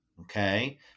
okay